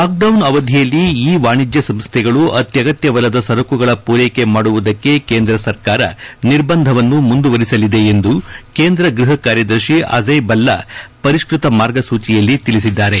lockdown ಅವಧಿಯಲ್ಲಿ e ವಾಣಿಜ್ಯ ಸಂಸ್ಥೆಗಳು ಅತ್ಯಗತ್ಯವಲ್ಲದ ಸರಕುಗಳ ಪೂರೈಕೆ ಮಾಡವುದಕ್ಕೆ ಕೇಂದ್ರ ಸರ್ಕಾರ ನಿರ್ಬಂಧವನ್ನು ಮುಂದುವರೆಸಲಿದೆ ಎಂದು ಕೇಂದ್ರ ಗೃಹ ಕಾರ್ಯದರ್ಶಿ ಅಜಯ್ ಭಲ್ಲಾ ಪರಿಷ್ಪತ ಮಾರ್ಗಸೂಚಿಯಲ್ಲಿ ತಿಳಿಸಿದ್ದಾರೆ